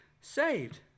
saved